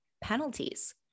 penalties